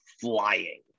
flying